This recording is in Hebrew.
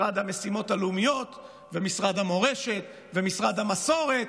משרד המשימות הלאומיות ומשרד המורשת ומשרד המסורת,